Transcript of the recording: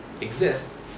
exists